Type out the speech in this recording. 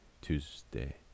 Tuesday